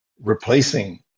replacing